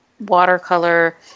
watercolor